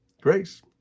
Grace